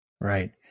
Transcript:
Right